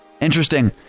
Interesting